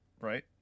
Right